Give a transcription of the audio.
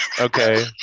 Okay